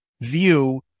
view